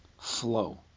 flow